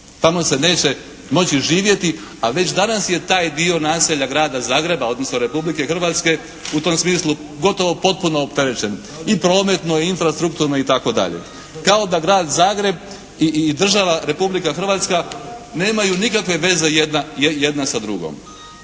Tamo se neće moći živjeti a već danas je taj dio naselja grada Zagreba odnosno Republike Hrvatske u tom smislu gotovo potpuno opterećen i prometno i infrastrukturno i tako dalje. Kao da grad Zagreb i država Republika Hrvatska nemaju nikakve veze jedna sa drugom.